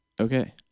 Okay